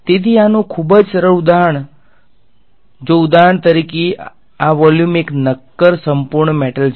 તેથી આનું ખૂબ જ સરળ ઉદાહરણ જો ઉદાહરણ તરીકે આ વોલ્યુમ એક નક્કર સંપૂર્ણ મેટલ છે